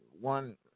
one